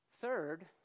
Third